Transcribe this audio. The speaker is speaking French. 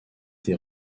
été